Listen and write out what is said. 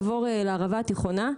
לעבור לערבה התיכונה.